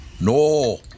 No